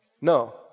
No